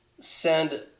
send